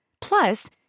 Plus